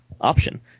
option